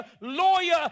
lawyer